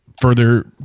further